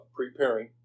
preparing